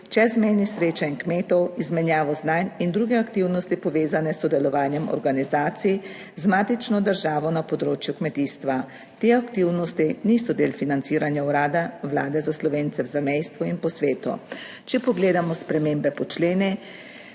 čezmejnih srečanj kmetov, izmenjavo znanj in druge aktivnosti, povezane s sodelovanjem organizacij z matično državo na področju kmetijstva. Te aktivnosti niso del financiranja Urada vlade za Slovence v zamejstvu in po svetu. Če pogledamo spremembe po členih